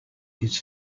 his